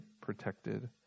protected